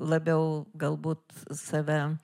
labiau galbūt save